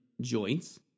joints